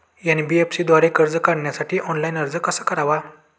NBFC द्वारे कर्ज काढण्यासाठी ऑनलाइन अर्ज कसा करावा?